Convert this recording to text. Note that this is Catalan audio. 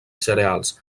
cereals